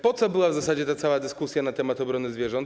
Po co była w zasadzie ta cała dyskusja na temat obrony zwierząt?